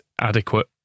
adequate